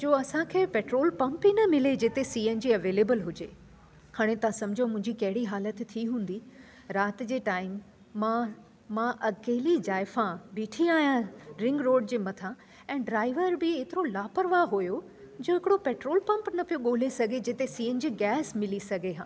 जो असांखे petrol pump ई न मिले जिते सी एन जी एवेलेबल हुजे हाणे तव्हां समुझो मुंहिंजी कहिड़ी हालति थी हूंदी राति जे टाइम मां मां अकेली ज़ाइफ़ां बीठी आहियां रिंग रोड जे मथां ऐं ड्राइवर बि एतिरो लापरवाहु हुओ जो हिकिड़ो पेट्रोल पंप न पियो ॻोल्हे सघे जिते सी एन जी गैस मिली सघे हा